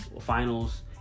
finals